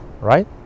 right